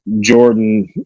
Jordan